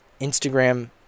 Instagram